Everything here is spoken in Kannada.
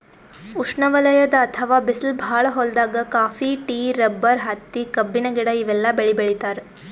ಉಷ್ಣವಲಯದ್ ಅಥವಾ ಬಿಸ್ಲ್ ಭಾಳ್ ಹೊಲ್ದಾಗ ಕಾಫಿ, ಟೀ, ರಬ್ಬರ್, ಹತ್ತಿ, ಕಬ್ಬಿನ ಗಿಡ ಇವೆಲ್ಲ ಬೆಳಿ ಬೆಳಿತಾರ್